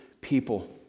people